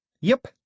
Yep